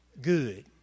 good